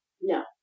no